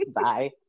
Bye